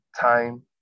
time